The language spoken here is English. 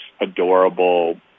adorable